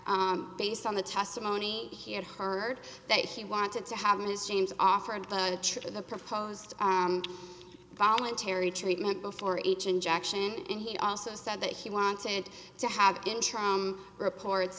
based on the testimony he had heard that he wanted to have ms james offered to trigger the proposed voluntary treatment before each injection and he also said that he wanted to have interim reports